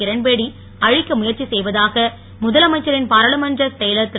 கிரண்பேடி அழிக்க முயற்சி செய்ததாக முதலமைச்சரின் பாராளுமன்ற செயலர் திரு